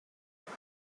with